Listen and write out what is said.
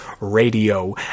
Radio